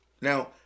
Now